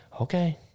okay